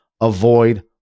avoid